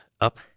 up